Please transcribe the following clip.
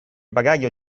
bagaglio